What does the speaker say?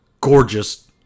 gorgeous